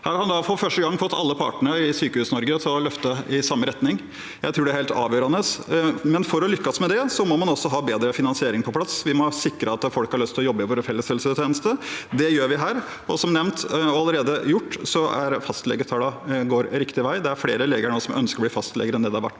Her har en for første gang fått alle partene i Sykehus-Norge til å løfte i samme retning, og jeg tror det er helt avgjørende. For å lykkes med det må man også ha bedre finansiering på plass. Vi må sikre at folk har lyst til å jobbe i vår felles helsetjeneste. Det gjør vi her, og har allerede gjort, og som nevnt går fastlegetallene riktig vei. Det er flere leger som ønsker å bli fastleger nå, enn det har vært